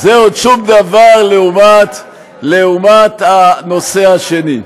זה עוד שום דבר לעומת הנושא השני.